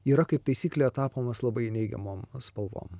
yra kaip taisyklė tapomas labai neigiamom spalvom